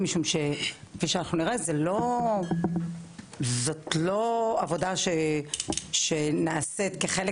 משום שכפי שאנחנו נראה זאת לא עבודה שנעשית כחלק